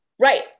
Right